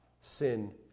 sin